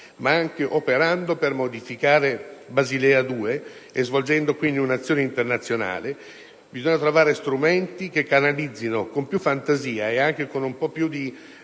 ma anche operando per modificare Basilea 2, svolgendo quindi un'azione internazionale. Bisogna trovare strumenti che canalizzino (con più fantasia e con un po' più di